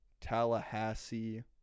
Tallahassee